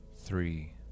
three